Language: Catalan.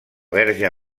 verge